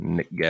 Nick